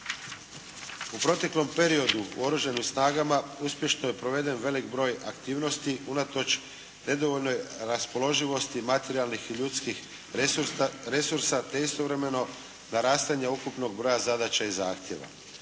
U proteklom periodu u Oružanim snagama uspješno je proveden velik broj aktivnosti unatoč nedovoljnoj raspoloživosti materijalnih i ljudskih resursa te istovremeno narastanja ukupnog broja zadaća i zahtjeva.